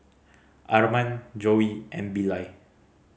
Arman Joey and Billye